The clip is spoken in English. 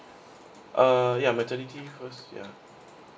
uh ya maternity first ya